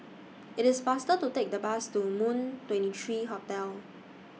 IT IS faster to Take The Bus to Moon twenty three Hotel